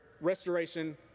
restoration